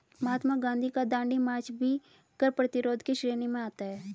महात्मा गांधी का दांडी मार्च भी कर प्रतिरोध की श्रेणी में आता है